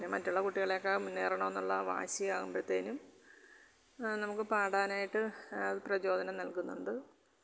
പിന്നെ മറ്റുള്ള കുട്ടികളെക്കാൽ മുന്നേറണമെന്നുള്ള ആ വാശി ആകുമ്പഴത്തേനും നമുക്ക് പാടാനായിട്ട് പ്രചോദനം നൽകുന്നുണ്ട്